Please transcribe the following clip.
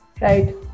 right